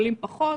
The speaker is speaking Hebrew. עולים פחות.